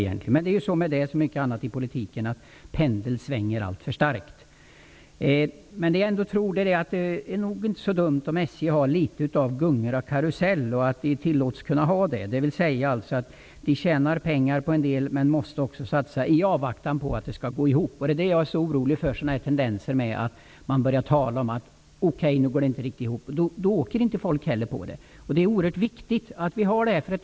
Men det är med det, som med så mycket annat i politiken, att pendeln svänger alltför starkt. Det är nog inte så dumt om SJ har litet av gungor och karusell och att de tillåts ha det. Det är bra om de tjänar pengar på en del saker, men de måste också satsa en del i avvaktan på att det skall gå ihop. Jag är orolig över tendenser där man börjar tala om att det inte går riktigt ihop. Då åker inte folk heller. Det är oerhört viktigt att vi har detta.